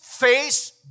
face